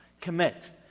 Commit